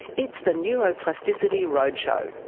it's the neuroplasticity road show.